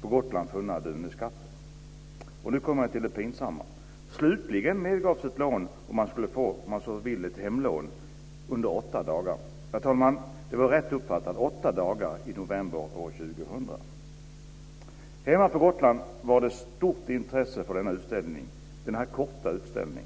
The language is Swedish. på Gotland funna Duneskatten. Nu kommer jag till det pinsamma. Slutligen medgavs ett lån, om man så vill ett hemlån, under åtta dagar. Ja, fru talman, det var rätt uppfattat: åtta dagar i november år 2000. Hemma på Gotland var det ett stort intresse för denna korta utställning.